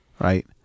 right